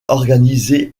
organisé